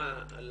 חתימה על